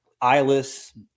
Eyeless